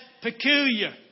peculiar